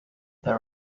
there